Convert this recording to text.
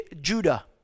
Judah